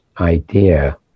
idea